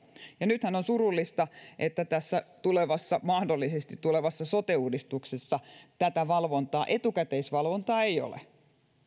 ja nythän on surullista että tässä tulevassa mahdollisesti tulevassa sote uudistuksessa tätä etukäteisvalvontaa ei ole